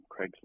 Craigslist